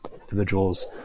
individuals